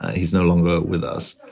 he's no longer with us.